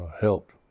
help